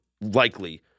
likely